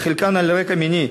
חלקן על רקע מיני,